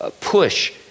push